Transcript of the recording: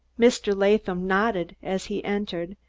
mr. latham nodded as he entered,